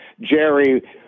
Jerry